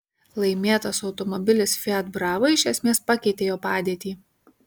laimėtas automobilis fiat brava iš esmės pakeitė jo padėtį